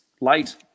late